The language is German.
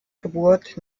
geburt